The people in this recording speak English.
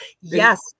Yes